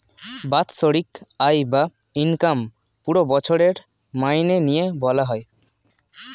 বাৎসরিক আয় বা ইনকাম পুরো বছরের মাইনে নিয়ে বলা হয়